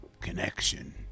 connection